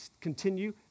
continue